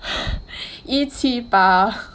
一七八